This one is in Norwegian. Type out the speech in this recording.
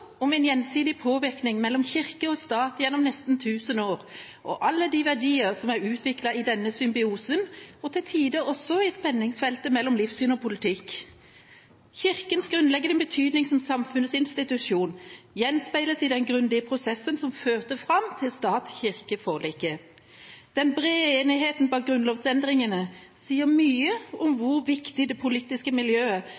om en gjensidig påvirkning mellom kirke og stat gjennom nesten tusen år, og om alle de verdier som er utviklet i denne symbiosen og til tider også i spenningsfeltet mellom livssyn og politikk. Kirkens grunnleggende betydning som samfunnsinstitusjon gjenspeiles i den grundige prosessen som førte fram til stat–kirke-forliket. Den brede enigheten bak grunnlovsendringene sier mye om